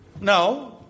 No